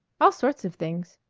all sorts of things.